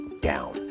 down